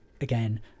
again